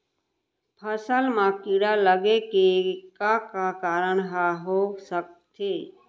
फसल म कीड़ा लगे के का का कारण ह हो सकथे?